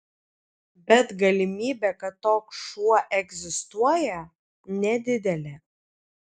bet galimybė kad toks šuo egzistuoja nedidelė